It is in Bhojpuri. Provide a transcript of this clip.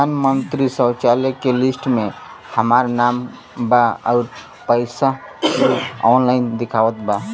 प्रधानमंत्री शौचालय के लिस्ट में हमार नाम बा अउर पैसा भी ऑनलाइन दिखावत बा